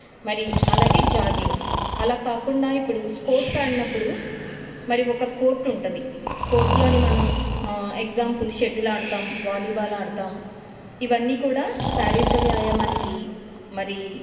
మరి అలాగే జాగింగ్ అలా కాకుండా ఇప్పుడు స్పోర్ట్స్ ఆడినప్పుడు మరి ఒక కోర్టు ఉంటుంది కోర్టులో మనం నేను ఎగ్జాంపుల్ షెటిల్ ఆడతాం వాలీబాల్ ఆడతాం ఇవన్నీ కూడా శారీరిక వ్యాయామానికి మరి